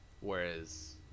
Whereas